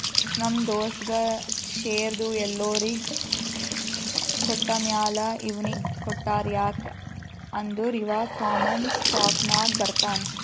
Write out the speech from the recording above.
ನಮ್ ದೋಸ್ತಗ್ ಶೇರ್ದು ಎಲ್ಲೊರಿಗ್ ಕೊಟ್ಟಮ್ಯಾಲ ಇವ್ನಿಗ್ ಕೊಟ್ಟಾರ್ ಯಾಕ್ ಅಂದುರ್ ಇವಾ ಕಾಮನ್ ಸ್ಟಾಕ್ನಾಗ್ ಬರ್ತಾನ್